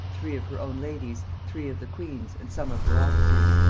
three of her own ladies, three of the queen's, and some of her officers.